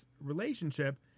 relationship